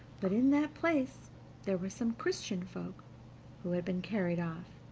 but in that place there were some christian folk who had been carried off,